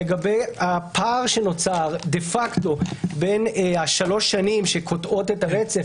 הוא לגבי הפער שנוצר דה-פקטו בין 3 השנים שקוטעות את הרצף